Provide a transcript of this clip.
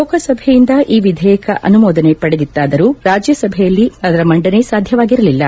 ಲೋಕಸಭೆಯಿಂದ ಈ ವಿಧೇಯಕ ಅನುಮೋದನೆ ಪಡೆದಿತ್ತಾದರೂ ರಾಜ್ಯಸಭೆಯಲ್ಲಿ ಅದರ ಮಂಡನೆ ಸಾಧ್ಯವಾಗಿರಲಿಲ್ಲ